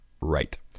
Right